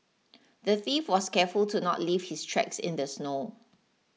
the thief was careful to not leave his tracks in the snow